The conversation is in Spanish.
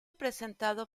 presentado